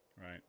right